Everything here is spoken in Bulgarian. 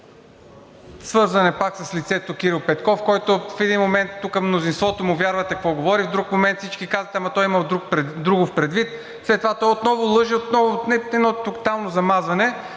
Свързан е пак с лицето Кирил Петков, на който в един момент тук мнозинството му вярвате какво говори, в друг момент всички казвате: ама той има друго предвид. След това той отново лъже, отново. Едно тотално замазване.